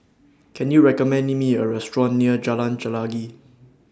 Can YOU recommend Me A Restaurant near Jalan Chelagi